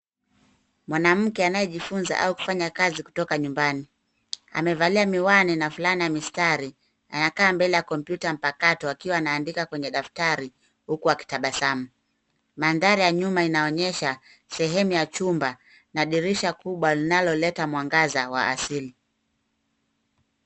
Mwanamke anayejifunza au kufanya kazi kutoka nyumbani. Amevalia miwani na fulana ya mistari anakaa mbele ya kompyuta mpakato akiwa anaandika kwenye daftari huku akitabasamu. Mandhari ya nyuma inaonyesha sehemu ya chumba na dirisha kubwa linaloleta mwangaza wa asili.